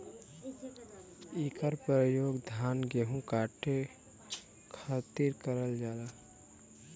इकर परयोग धान गेहू काटे खातिर करल जाला